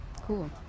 Cool